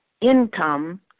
income